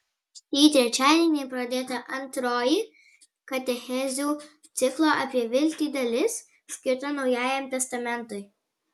šį trečiadienį pradėta antroji katechezių ciklo apie viltį dalis skirta naujajam testamentui